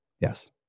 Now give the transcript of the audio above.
Yes